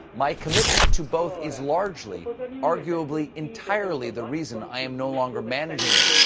my commitment to both is largely arguably, entirely the reason i am no longer managing it.